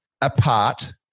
apart